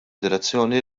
direzzjoni